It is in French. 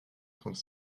trente